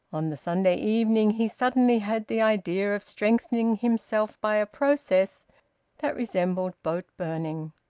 on the sunday evening he suddenly had the idea of strengthening himself by a process that resembled boat-burning.